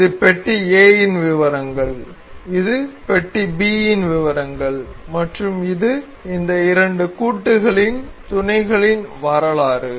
இது பெட்டி A இன் விவரங்கள் இது பெட்டி B இன் விவரங்கள் மற்றும் இது இந்த இரண்டு கூட்டுகளின் துணைகளின் வரலாறு